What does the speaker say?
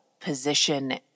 position